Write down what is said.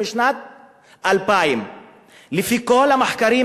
זה משנת 2000. לפי כל המחקרים,